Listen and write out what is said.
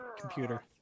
computer